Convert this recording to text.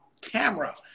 camera